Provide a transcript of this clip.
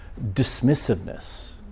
dismissiveness